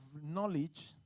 knowledge